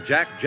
Jack